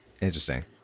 interesting